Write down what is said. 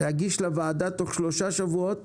להגיש לוועדה תוך שלושה שבועות